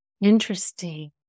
Interesting